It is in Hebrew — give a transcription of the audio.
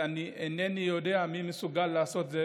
אינני יודע מי מסוגל לעשות את זה.